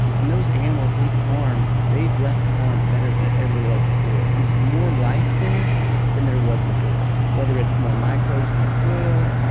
when those animals leave the farm, they've left the farm better than it ever was before, and there's more life there than there was before, whether it's more microbes in the soil,